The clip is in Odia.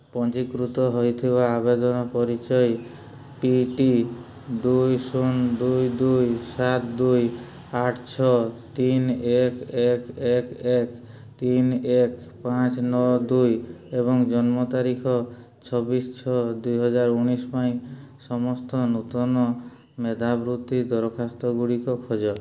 ପଞ୍ଜୀକୃତ ହେଇଥିବା ଆବେଦନ ପରିଚୟ ପି ଟି ଦୁଇ ଶୂନ ଦୁଇ ଦୁଇ ସାତ ଦୁଇ ଆଠ ଛଅ ତିନି ଏକ ଏକ ଏକ ଏକ ତିନି ଏକ ପାଞ୍ଚ ନଅ ଦୁଇ ଏବଂ ଜନ୍ମ ତାରିଖ ଛବିଶ ଛଅ ଦୁଇହଜାର ଉଣେଇଶ ପାଇଁ ସମସ୍ତ ନୂତନ ମେଧାବୃତ୍ତି ଦରଖାସ୍ତଗୁଡ଼ିକ ଖୋଜ